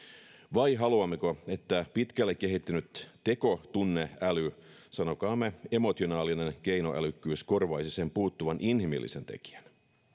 vai haluammeko että pitkälle kehittynyt tekotunneäly sanokaamme emotionaalinen keinoälykkyys korvaisi sen puuttuvan inhimillisen tekijän